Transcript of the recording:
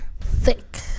Thick